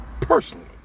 Personally